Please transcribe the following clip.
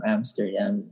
Amsterdam